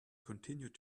continued